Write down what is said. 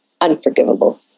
unforgivable